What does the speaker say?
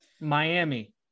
Miami